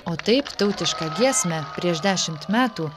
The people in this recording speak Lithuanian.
o taip tautišką giesmę prieš dešimt metų